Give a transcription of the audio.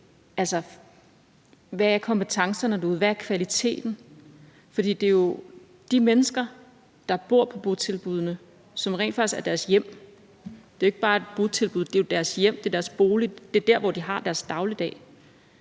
af, hvad kompetencerne derude er, hvad kvaliteten er. De mennesker, der bor på botilbuddene, har jo rent faktisk botilbuddene som deres hjem. Det er jo ikke bare et botilbud, det er deres hjem, det er deres bolig, det er der, hvor de har deres dagligdag,